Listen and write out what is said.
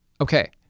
okay